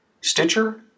Stitcher